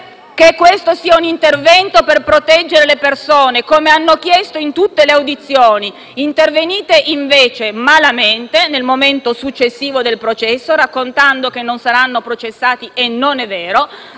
che questo sia un intervento per proteggere le persone, come hanno chiesto in tutte le audizioni. Intervenite, invece, malamente, nel momento successivo del processo, raccontando che non saranno processati (e non è vero);